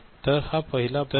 तर हा पहिला भाग झाला